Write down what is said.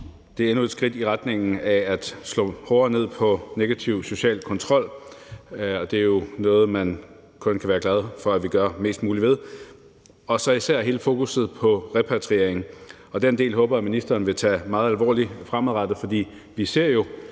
Det er endnu et skridt i retningen af at slå hårdere ned på negativ social kontrol, og det er jo noget, man kun kan være glad for at vi gør mest muligt ved – og især hele fokusset på repatriering. Og den del håber jeg at ministeren vil tage meget alvorligt fremadrettet, for vi ser jo